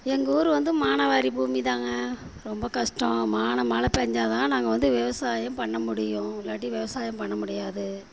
எங்கள் ஊர் வந்து மானாவாரி பூமிதாங்க ரொம்ப கஷ்டம் வானம் மழை பெஞ்சாதான் நாங்கள் வந்து விவசாயம் பண்ண முடியும் இல்லாட்டி விவசாயம் பண்ண முடியாது